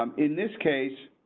um in this case.